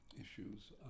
issues